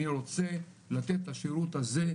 אני רוצה לתת את השירות הזה,